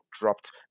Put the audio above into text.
dropped